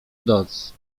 doc